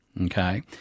Okay